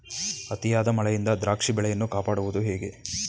ಅತಿಯಾದ ಮಳೆಯಿಂದ ದ್ರಾಕ್ಷಿ ಬೆಳೆಯನ್ನು ಕಾಪಾಡುವುದು ಹೇಗೆ?